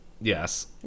yes